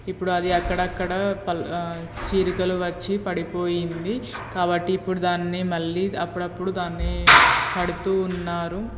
ఇప్పుడు అది అక్కడక్కడ పల్ చీలికలు వచ్చి పడిపోయింది కాబట్టి ఇప్పుడు దాన్ని మళ్ళీ అప్పుడప్పుడు దాన్ని కడుతూ ఉన్నారు